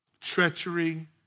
treachery